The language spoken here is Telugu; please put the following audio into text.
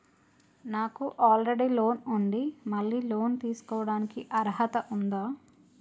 నాకు ఆల్రెడీ లోన్ ఉండి మళ్ళీ లోన్ తీసుకోవడానికి అర్హత ఉందా?